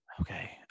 Okay